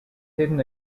hidden